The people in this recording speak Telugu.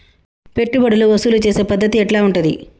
పెట్టుబడులు వసూలు చేసే పద్ధతి ఎట్లా ఉంటది?